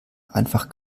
einfach